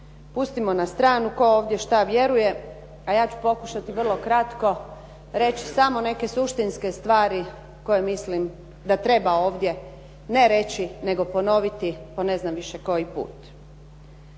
Pustimo na stranu tko ovdje što vjeruje. A ja ću pokušati vrlo kratko reći samo neke suštinske stvari koje mislim da treba ovdje ne reći, nego ponoviti po ne znam više koji put.